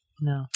No